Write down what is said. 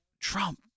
Trump